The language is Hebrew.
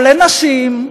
או לנשים,